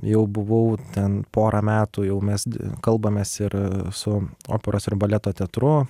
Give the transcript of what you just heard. jau buvau ten porą metų jau mes kalbamės ir su operos ir baleto teatru